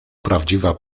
prawdziwa